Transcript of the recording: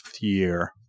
year